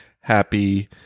happy